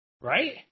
Right